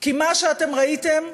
כי מה שאתם ראיתם,